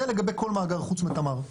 זה לגבי כל מאגר חוץ מתמר.